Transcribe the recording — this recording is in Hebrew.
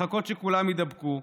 לחכות שכולם יידבקו,